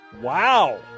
Wow